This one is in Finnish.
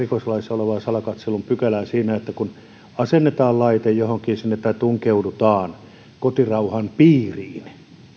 olevaa salakatselun pykälää siinä kun kuvaamistarkoituksessa asennetaan laite johonkin tai tunkeudutaan kotirauhan piiriin